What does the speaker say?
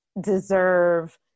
deserve